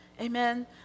Amen